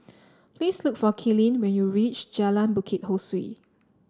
please look for Kalene when you reach Jalan Bukit Ho Swee